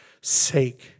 sake